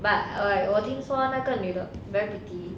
but err 我听说那个女的 very pretty